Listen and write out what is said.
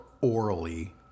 orally